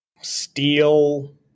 Steel